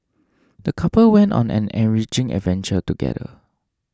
the couple went on an enriching adventure together